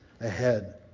ahead